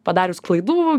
padarius klaidų